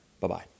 Bye-bye